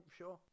sure